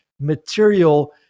material